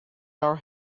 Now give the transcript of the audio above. our